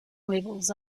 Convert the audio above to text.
levels